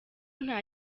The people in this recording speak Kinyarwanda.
nta